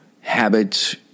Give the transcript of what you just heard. habits